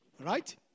Right